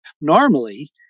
normally